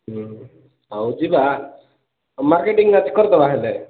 ହୁଁ ହଉ ଯିବା ମାର୍କେଟିଂ ଆଜି କରିଦବା ହେଲେ